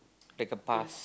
it's a past